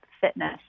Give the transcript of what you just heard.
fitness